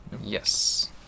Yes